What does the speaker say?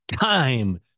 time